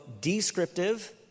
descriptive